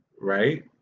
Right